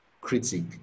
critic